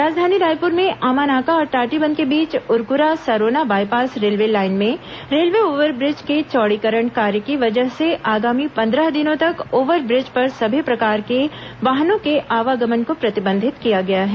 राजधानी रायपुर में आमानाका और टाटीबंध के बीच Urkura Sarona bypass railway line में रेलवे ओव्हरब्रिज के चौड़ीकरण कार्य की वजह से आगामी पंद्रह दिनों तक ओव्हरब्रिज पर सभी प्रकार के वाहनों के आवागमन को प्रतिबंधित किया गया है